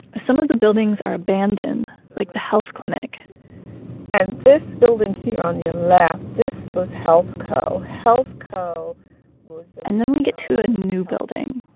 some of the buildings are abandoned, like the health clinic and this building here on your left. this was healthco healthco and then we get to a new building.